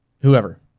whoever